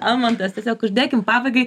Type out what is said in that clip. almantas tiesiog uždėkim pabaigai